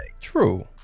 true